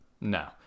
No